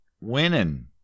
winning